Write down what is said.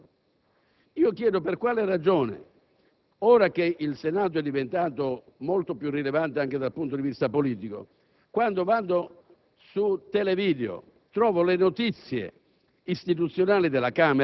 secondo punto riguarda sostanzialmente la natura dell'istituzione Senato. Io chiedo per quale ragione, ora che il Senato è diventato molto più rilevante anche dal punto di vista politico, su Televideo